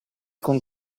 con